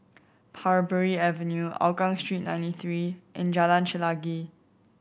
Parbury Avenue Hougang Street Ninety Three and Jalan Chelagi